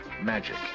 magic